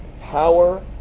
power